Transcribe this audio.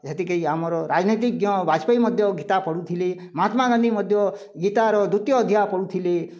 ହେତି କେଇ ଆମର୍ ରାଜନୈତିଜ୍ଞ ବାଜପାୟୀ ମଧ୍ୟ ଗୀତା ପଢ଼ୁଥିଲେ ମହାତ୍ମାଗାନ୍ଧୀ ମଧ୍ୟ ଗୀତାର ଦ୍ୱିତୀୟ ଅଧ୍ୟାୟ ପଢ଼ୁଥିଲେ